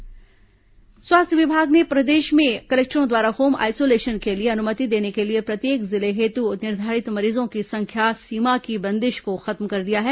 स्वास्थ्य विभाग home isolation स्वास्थ्य विभाग ने प्रदेश में कलेक्टरों द्वारा होम आइसोलेशन के लिए अनुमति देने के लिए प्रत्येक जिले हेतु निर्धारित मरीजों की संख्या सीमा की बंदिश को खत्म कर दिया है